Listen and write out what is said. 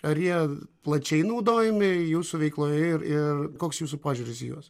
ar jie plačiai naudojami jūsų veikloje ir ir koks jūsų požiūris į juos